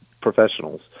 professionals